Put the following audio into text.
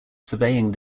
surveying